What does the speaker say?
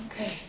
Okay